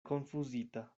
konfuzita